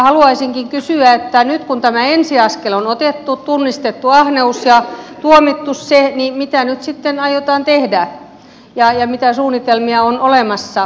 haluaisinkin kysyä kun tämä ensi askel on otettu tunnistettu ahneus ja tuomittu se mitä nyt sitten aiotaan tehdä ja mitä suunnitelmia on olemassa